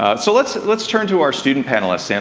ah so, let's let's turn to our student panelist, and